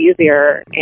easier